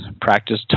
practice